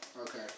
Okay